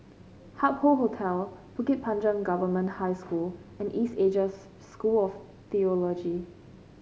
Hup Hoe Hotel Bukit Panjang Government High School and East Asia School of Theology